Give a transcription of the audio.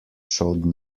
showed